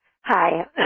Hi